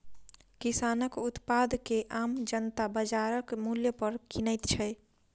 किसानक उत्पाद के आम जनता बाजारक मूल्य पर किनैत छै